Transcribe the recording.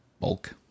bulk